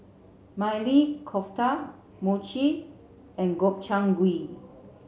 Maili Kofta Mochi and Gobchang gui